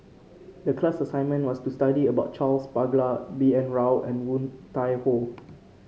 the class assignment was to study about Charles Paglar B N Rao and Woon Tai Ho